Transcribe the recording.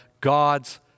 God's